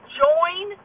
join